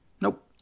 Nope